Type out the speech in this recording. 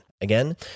Again